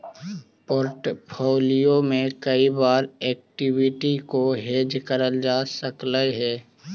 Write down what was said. portfolio में कई बार एक्विटी को हेज करल जा सकलई हे